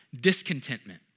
Discontentment